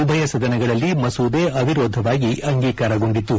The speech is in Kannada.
ಉಭಯ ಸದನಗಳಲ್ಲಿ ಮಸೂದೆ ಅವಿರೋಧವಾಗಿ ಅಂಗೀಕಾರಗೊಂಡಿತು